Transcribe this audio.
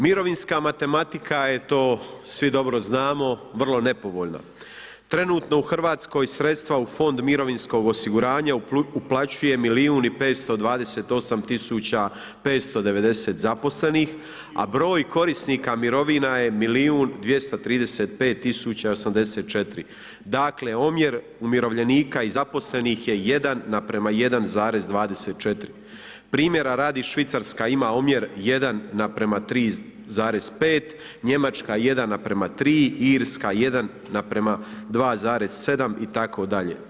Mirovinska matematika eto svi dobro znamo vrlo nepovoljno, trenutno u Hrvatskoj sredstva u fond mirovinskog osiguranja uplaćuje 1.528.590 zaposlenih a broj korisnika mirovina je 1.235.084 dakle omjer umirovljenika i zaposlenih je 1 naprema 1,24 primjera radi Švicarska ima omjer 1 naprema 3,5, Njemačka 1 naprema 3, Irska 1 naprema 2,7 itd.